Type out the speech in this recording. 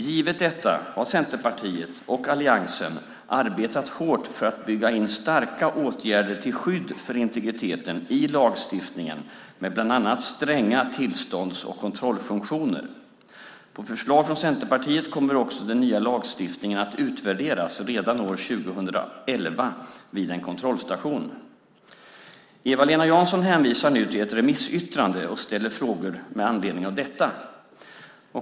Givet detta har Centerpartiet och alliansen arbetat hårt för att bygga in starka åtgärder till skydd för integriteten i lagstiftningen med bland annat stränga tillstånds och kontrollfunktioner. På förslag av Centerpartiet kommer också den nya lagstiftningen att utvärderas, redan år 2011, vid en kontrollstation. Eva-Lena Jansson hänvisar nu till ett remissyttrande och ställer frågor med anledning av detta.